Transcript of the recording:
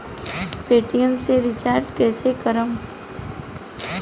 Paytm से recharge कईसे करम?